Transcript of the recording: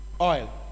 oil